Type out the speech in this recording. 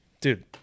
Dude